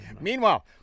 Meanwhile